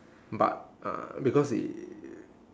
but uh because it